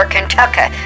Kentucky